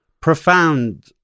Profound